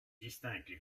distingue